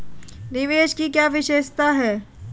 निवेश की क्या विशेषता है?